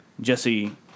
Jesse